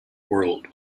world